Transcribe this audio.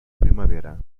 primavera